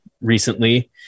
recently